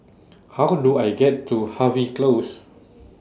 How Do I get to Harvey Close